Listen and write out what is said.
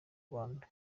rwanda